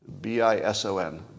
B-I-S-O-N